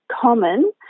common